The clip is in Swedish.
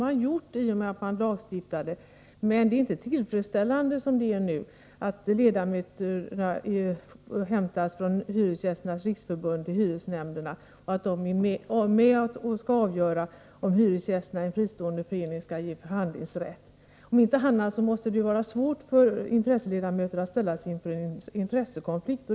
Det har man gjort i och med att man lagstiftat, men det är ändå inte tillfredsställande som det nu är — att ledamöterna i hyresnämnden hämtas från Hyresgästernas riksförbund och att dessa är med och skall avgöra om hyresgästerna i fristående föreningar skall ges förhandlingsrätt. Om inte annat måste det innebära att ledmöterna ställs inför en intressekonflikt.